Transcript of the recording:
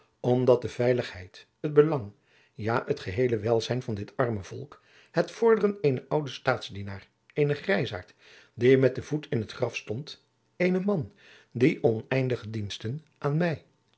omdat de veiligheid het belang ja het geheele welzijn van dit arme volk het vorderden jacob van lennep de pleegzoon eenen ouden staatsdienaar eenen grijzaart die met den voet in t graf stond eenen man die oneindige diensten aan mij